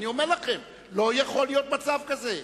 אני אומר לכם, לא יכול להיות מצב כזה.